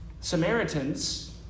Samaritans